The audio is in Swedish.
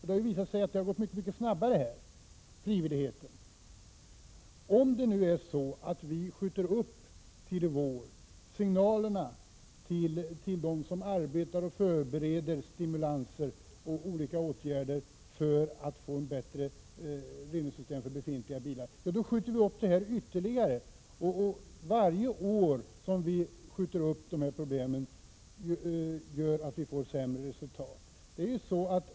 Det har visat sig att det har gått mycket snabbare när det varit frivilligt. Om vi dröjer till våren med signaler till dem som arbetar med och förbereder olika stimulansåtgärder för att få ett bättre reningssystem för befintliga bilar, skjuter vi upp frågan ytterligare. För varje år som vi skjuter problemen framför oss får vi ett sämre resultat.